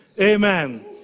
Amen